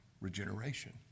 regeneration